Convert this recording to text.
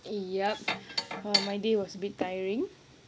yup !wah! my day was a bit tiring